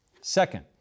Second